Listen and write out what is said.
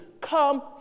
come